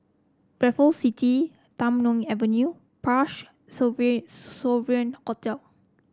Raffles City Tham Soong Avenue Parch Sovereign Sovereign Hotel